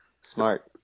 Smart